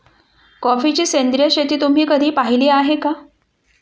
कॉफीची सेंद्रिय शेती तुम्ही कधी पाहिली आहे का?